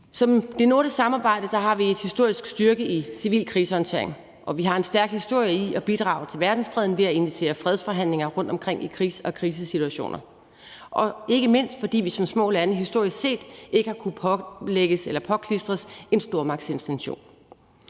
nordiske samarbejde har vi en historisk styrke i civil krisehåndtering, og vi har en stærk historie i at bidrage til verdensfreden ved at initiere fredsforhandlinger rundtomkring i krigs- og krisesituationer, ikke mindst fordi vi som små lande historisk set ikke har kunnet påklistres en stormagtsintention.